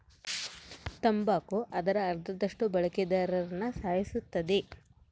ತಂಬಾಕು ಅದರ ಅರ್ಧದಷ್ಟು ಬಳಕೆದಾರ್ರುನ ಸಾಯಿಸುತ್ತದೆ